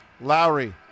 Lowry